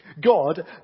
God